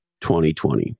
2020